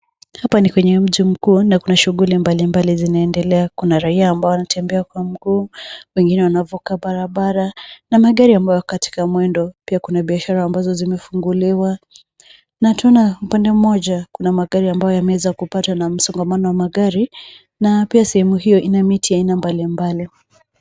Hapa ni kwenye mji mkuu na kuna shuguli mbalimbali zinaendelea, kuna rai ambao wanatembea kwa mguu, wengine wanavuka barabara na magari ambayo yako katika mwendo, pia kuna biashara ambazo zimefunguliwa na tunaona upande mmoja kuna magari ambayo yameweza kupatwa na msongamano wa magari na pia sehemu hiyo ina miti ya aina mbalimbali.